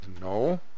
no